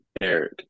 Eric